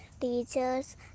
teachers